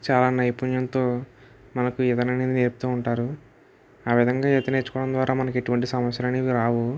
చాలా నైపుణ్యంతో మనకు ఈత అనేది నేర్పుతు ఉంటారు ఆ విధంగా ఈత నేర్చుకోవడం ద్వారా మనకి ఎటువంటి సమస్యలు అనేవి రావు